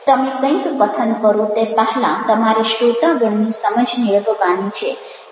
તમે કંઈક કથન કરો તે પહેલાં તમારે શ્રોતાગણની સમજ મેળવવાની છે